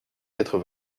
quatre